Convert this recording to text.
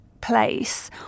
place